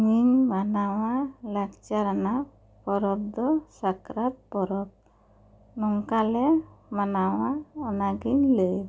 ᱤᱧ ᱢᱟᱱᱟᱣᱟ ᱞᱟᱠᱪᱟᱨᱟᱱᱜ ᱯᱚᱨᱚᱵᱽ ᱫᱚ ᱥᱟᱠᱨᱟᱛ ᱯᱚᱨᱚᱵᱽ ᱱᱚᱝᱠᱟᱞᱮ ᱢᱟᱱᱟᱣᱟ ᱚᱱᱟ ᱜᱤᱧ ᱞᱟᱹᱭ ᱮᱫᱟ